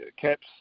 caps